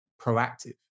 proactive